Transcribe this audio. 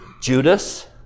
Judas